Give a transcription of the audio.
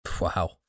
Wow